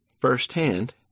firsthand